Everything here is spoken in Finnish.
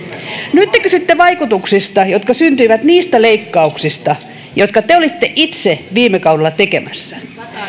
nyt te kysytte vaikutuksista jotka syntyivät niistä leikkauksista jotka te olitte itse viime kaudella tekemässä